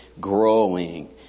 growing